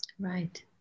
Right